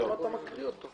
למה אתה מקריא אותו?